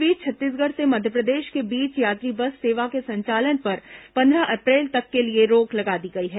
इस बीच छत्तीसगढ़ से मध्यप्रदेश के बीच यात्री बस सेवा के संचालन पर पंद्रह अप्रैल तक के लिए रोक लगा दी गई है